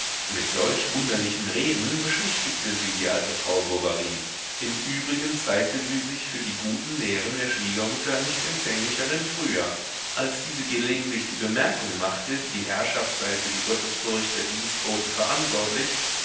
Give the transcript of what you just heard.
mit solch wunderlichen reden beschwichtigte sie die alte frau bovary im übrigen zeigte sie sich für die guten lehren der schwiegermutter nicht empfänglicher denn früher als diese gelegentlich die bemerkung machte die herrschaft sei für die gottesfurcht der dienstboten verantwortlich